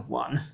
one